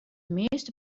measte